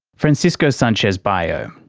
francisco sanchez-bayo.